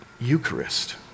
Eucharist